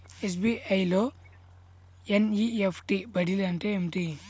SBI లో NEFT బదిలీ అంటే ఏమిటి?